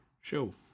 show